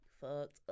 Fucked